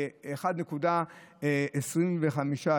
ל-1.25%,